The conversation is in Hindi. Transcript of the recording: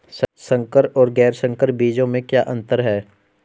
संकर और गैर संकर बीजों में क्या अंतर है?